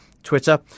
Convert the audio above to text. Twitter